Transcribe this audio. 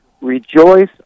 Rejoice